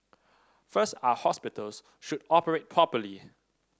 first our hospitals should operate properly